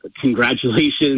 congratulations